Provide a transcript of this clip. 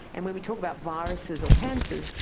and when we talk about viruses or cancers,